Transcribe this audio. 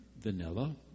vanilla